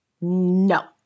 No